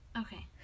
Okay